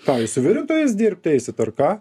ką jūs suvirintojais dirbti eisit ar ką